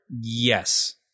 Yes